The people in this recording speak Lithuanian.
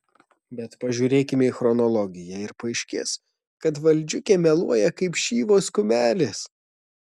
bet pažiūrėkime į chronologiją ir paaiškės kad valdžiukė meluoja kaip šyvos kumelės